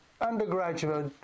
undergraduate